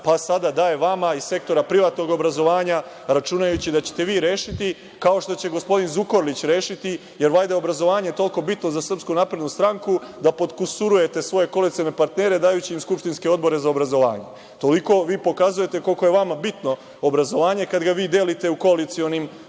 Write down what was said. pa sada daje vama iz sektora privatnog obrazovanja računajući da ćete vi rešiti kao što će gospodin Zukorlić rešiti jer je valjda obrazovanje toliko bitno za SNS da potkusurujete svoje koalicione partnere dajući im skupštinske odbore za obrazovanje. Toliko vi pokazujete koliko je vama bitno obrazovanje kada ga vi delite u koalicionim šemama